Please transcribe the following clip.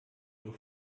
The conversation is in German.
nur